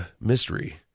mystery